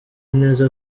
neza